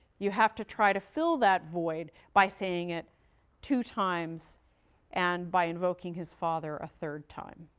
you have to try to fill that void by saying it two times and by invoking his father a third time.